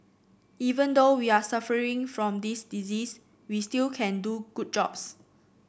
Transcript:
even though we are suffering from this disease we still can do good jobs